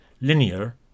Linear